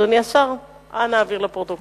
אדוני השר, אנא העבר לפרוטוקול.